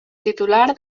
titular